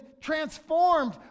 transformed